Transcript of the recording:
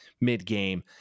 mid-game